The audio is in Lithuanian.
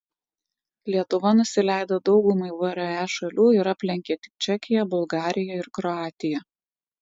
lietuva nusileido daugumai vre šalių ir aplenkė tik čekiją bulgariją ir kroatiją